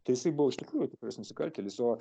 tai jisai buvo ištikrųjų tikras nusikaltėlis o